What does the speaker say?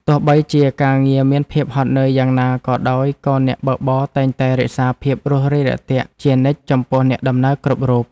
ទោះបីជាការងារមានភាពហត់នឿយយ៉ាងណាក៏ដោយក៏អ្នកបើកបរតែងតែរក្សាភាពរួសរាយរាក់ទាក់ជានិច្ចចំពោះអ្នកដំណើរគ្រប់រូប។